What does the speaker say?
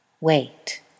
Wait